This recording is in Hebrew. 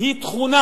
היא תכונה.